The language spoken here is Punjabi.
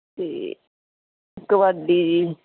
ਅਤੇ ਕਬੱਡੀ ਜੀ